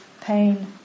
pain